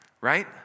right